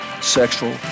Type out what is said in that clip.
sexual